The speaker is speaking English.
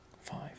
five